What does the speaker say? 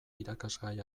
irakasgai